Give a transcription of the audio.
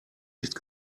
nichts